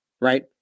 right